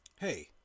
Hey